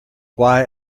why